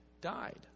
died